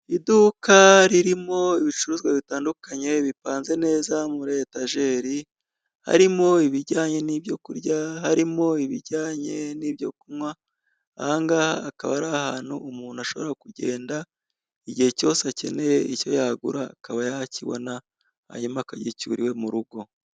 Iduka ririmo ibicuruzwa bitandukanye bipanze neza muri etajeri, harimo ibijyanye n'ibyo kurya, harimo ibijyanye n'ibyo kunywa, aha ngaha akaba ari ahantu umuntu ashobora kugenda, igihe cyose akeneye icyo yagura, akaba yakibona hanyuma akagicyura iwe mu rugo.